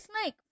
snake